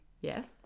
Yes